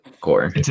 core